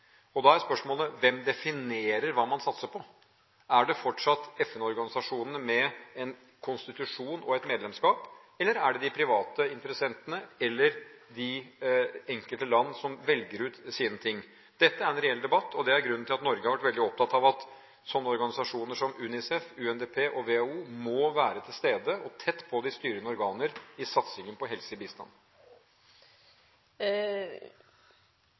Da er spørsmålet: Hvem definerer hva man satser på? Er det fortsatt FN-organisasjonene, med en konstitusjon og et medlemskap, eller er det de private interessentene eller de enkelte land som velger ut sine ting? Dette er en reell debatt, og det er grunnen til at Norge har vært veldig opptatt av at organisasjoner som UNICEF, UNDP og WHO må være til stede og tett på de styrende organer i satsingen på